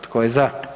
Tko je za?